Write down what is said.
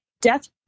death